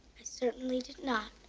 i certainly did not.